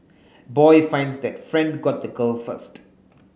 boy finds that friend got the girl first